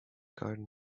garden